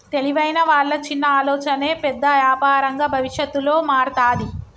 తెలివైన వాళ్ళ చిన్న ఆలోచనే పెద్ద యాపారంగా భవిష్యత్తులో మారతాది